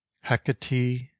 hecate